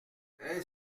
est